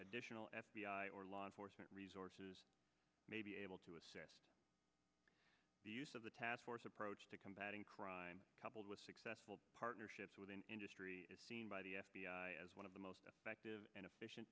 additional f b i or law enforcement resources may be able to assess the use of the task force approach to combating crime coupled with successful partnerships with an industry is seen by the f b i as one of the most effective and efficient